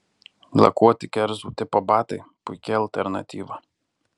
lakuoti kerzų tipo batai puiki alternatyva